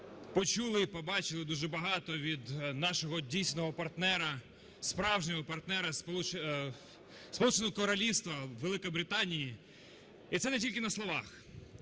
почули і побачили дуже багато від нашого дійсного партнера, справжнього партнера – Сполученого Королівства Великої Британії. І це не тільки на словах.